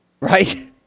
right